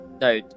No